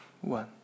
one